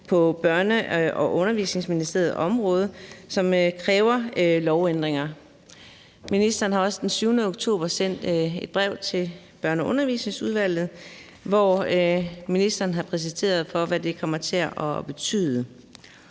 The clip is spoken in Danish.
på Børne- og Undervisningsministeriets område, som kræver lovændringer. Ministeren har også den 7. oktober sendt et brev til Børne- og Undervisningsudvalget, hvor ministeren har præsenteret, hvad det kommer til at betyde,